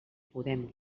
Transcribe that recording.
podem